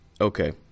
okay